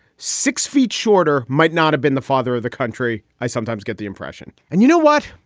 six feet shorter, might not have been the father of the country. i sometimes get the impression and you know what?